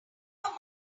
those